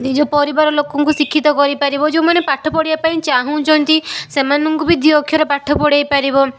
ନିଜ ପରିବାର ଲୋକଙ୍କୁ ଶିକ୍ଷିତ କରିପାରିବ ଯେଉଁମାନେ ପାଠ ପଢ଼ିବା ପାଇଁ ଚାହୁଁଛନ୍ତି ସେମାନଙ୍କୁ ବି ଦୁଇ ଅକ୍ଷର ପାଠ ପଢ଼େଇ ପାରିବ